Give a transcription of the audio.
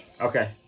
Okay